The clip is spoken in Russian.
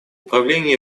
управления